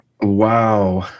wow